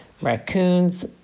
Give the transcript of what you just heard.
raccoons